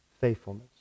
Faithfulness